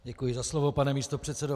Děkuji za slovo, pane místopředsedo.